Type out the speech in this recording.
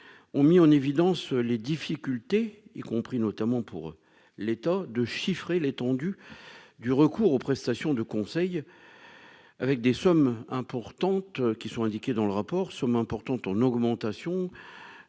ont mis en évidence les difficultés y compris notamment pour eux, l'état de chiffrer l'étendue du recours aux prestations de conseils avec des sommes importantes qui sont indiqués dans le rapport, sommes importantes en augmentation